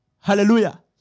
Hallelujah